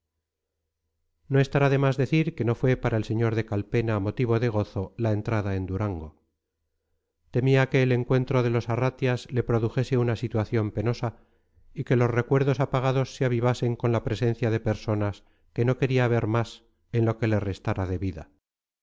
de más decir que no fue para el sr de calpena motivo de gozo la entrada en durango temía que el encuentro de los arratias le produjese una situación penosa y que los recuerdos apagados se avivasen con la presencia de personas que no quería ver más en lo que le restara de vida